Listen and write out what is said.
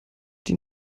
die